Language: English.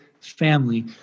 family